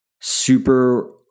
super